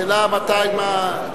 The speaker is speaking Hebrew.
השאלה מתי, מה,